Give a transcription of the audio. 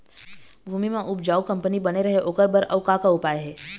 भूमि म उपजाऊ कंपनी बने रहे ओकर बर अउ का का उपाय हे?